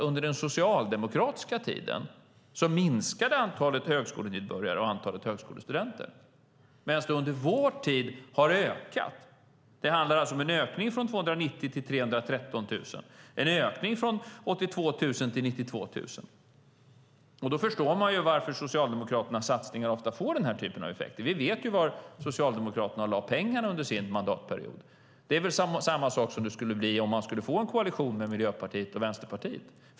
Under den socialdemokratiska tiden minskade alltså antalet högskolenybörjare och antalet högskolestudenter, medan det under vår tid har ökat. Det handlar om en ökning från 290 000 till 313 000 och en ökning från 82 000 till 92 000. Man förstår varför Socialdemokraternas satsningar ofta får denna typ av effekter. Vi vet ju var Socialdemokraterna lade pengarna under sin mandatperiod. Det är samma sak som det skulle bli om de skulle få en koalition med Miljöpartiet och Vänsterpartiet.